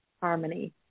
harmony